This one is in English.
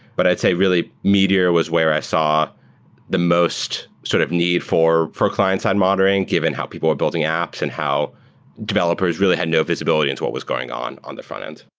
but i'd say, really, meteor was where i saw the most sort of need for for client-side monitoring given how people are building apps and how developers really had no visibility into what was going on on the frontend.